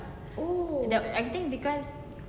the I think because